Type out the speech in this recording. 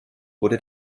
wurde